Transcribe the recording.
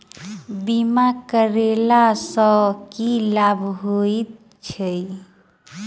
बीमा करैला सअ की लाभ होइत छी?